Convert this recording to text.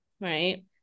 right